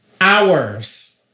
hours